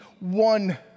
one